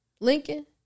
Lincoln